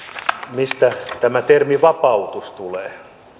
mistä tämä termi vapautus tulee